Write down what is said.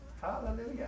Hallelujah